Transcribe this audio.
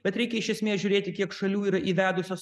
bet reikia iš esmės žiūrėti kiek šalių yra įvedusios